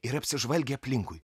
ir apsižvalgė aplinkui